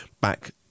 back